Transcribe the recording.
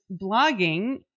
blogging